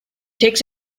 takes